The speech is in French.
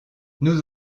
nous